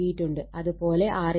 അത്പോലെ Rω0 L Q ആണ്